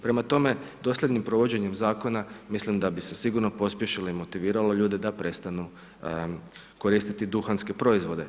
Prema tome, doseljenim provođenjem zakona, mislim da bi se sigurno pospješilo i motiviralo ljude da prestanu koristiti duhanske proizvode.